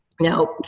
Now